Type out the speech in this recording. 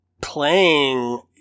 playing